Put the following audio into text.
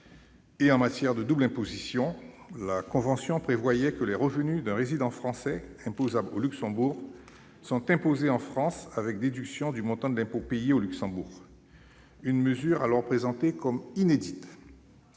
En matière de double imposition, ensuite, elle prévoyait que les revenus d'un résident français imposable au Luxembourg soient imposés en France, déduction faite du montant de l'impôt payé au Luxembourg, une mesure alors présentée comme inédite.